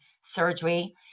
surgery